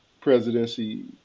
presidency